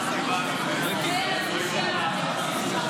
יש עוד אחת שצריכה להשיב.